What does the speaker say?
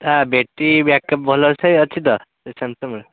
ତା battery backup ଭଲରେ ଅଛି ତ ସେଇ ସାମ୍ସଙ୍ଗ୍ର